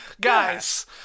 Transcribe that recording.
guys